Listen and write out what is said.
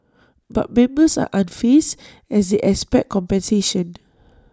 but members are unfazed as IT expect compensation